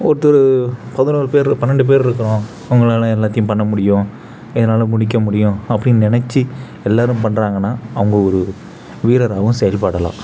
ஒருத்தர் பதினோரு பேர் பன்னெண்டு பேர் இருக்கிறோம் உங்களால் எல்லாத்தையும் பண்ண முடியும் எங்களால் முடிக்க முடியும் அப்படின்னு நினச்சு எல்லாரும் பண்ணுறாங்கன்னா அவங்க ஒரு வீரராகவும் செயல்படலாம்